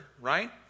right